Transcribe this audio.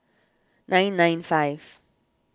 nine nine five